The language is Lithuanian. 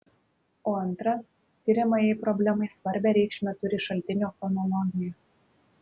o antra tiriamajai problemai svarbią reikšmę turi šaltinio chronologija